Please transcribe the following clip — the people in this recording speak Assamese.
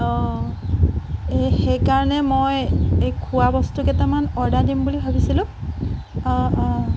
অঁ এই সেইকাৰণে মই এই খোৱা বস্তু কেইটামান অৰ্ডাৰ দিম বুলি ভাবিছিলো অঁ অঁ